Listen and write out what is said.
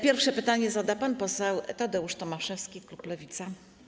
Pierwsze pytanie zada pan poseł Tadeusz Tomaszewski, klub Lewica.